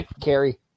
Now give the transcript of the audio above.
carry